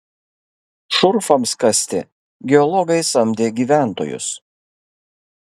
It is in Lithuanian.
šurfams kasti geologai samdė gyventojus